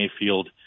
Mayfield